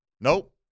Nope